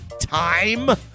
time